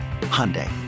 Hyundai